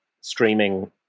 streaming